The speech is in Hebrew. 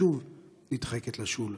שוב נדחקת לשוליים.